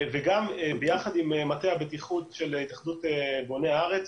וגם ביחד עם מטה הבטיחות של התאחדות בוני הארץ,